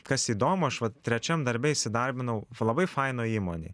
kas įdomu aš vat trečiam darbe įsidarbinau labai fainoj įmonėj